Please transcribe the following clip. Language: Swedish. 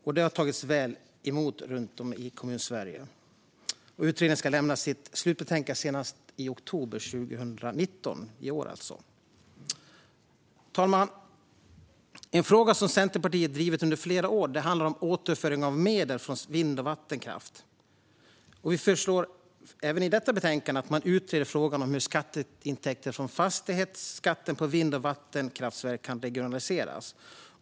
Detta har tagits väl emot runt om i Kommunsverige. Utredningen ska lämna sitt slutbetänkande senast i oktober 2019 - alltså i år. Fru talman! En fråga som Centerpartiet drivit under flera år handlar om återföring av medel från vind och vattenkraft. Vi föreslår även i detta betänkande att man utreder frågan om hur skatteintäkter från fastighetsskatten på vind och vattenkraftverk kan regionaliseras.